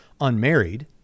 unmarried